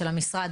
של המשרד,